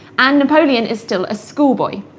and napoleon is still a schoolboy.